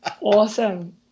Awesome